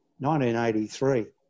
1983